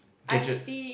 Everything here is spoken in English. gadget